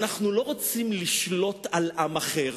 אנחנו לא רוצים לשלוט על עם אחר,